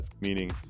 Meaning